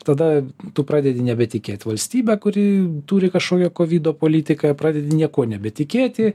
tada tu pradedi nebetikėt valstybe kuri turi kažkokią kovido politiką pradedi niekuo nebetikėti